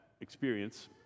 experience